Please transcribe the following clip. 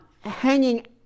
hanging